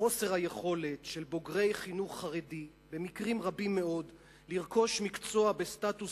שחוסר היכולת של בוגרי חינוך חרדי במקרים רבים מאוד לרכוש מקצוע בסטטוס